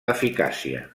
eficàcia